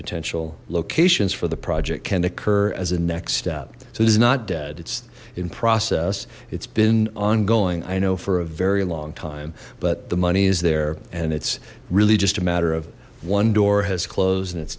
potential locations for the project can occur as a next step so it is not dead it's in process it's been ongoing i know for a very long time but the money is there and it's really just a matter of one door has closed and it's